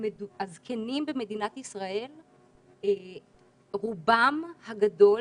הזקנים במדינת ישראל רובם הגדול,